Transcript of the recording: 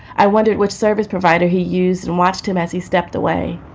i wondered which service provider he used and watched him as he stepped away.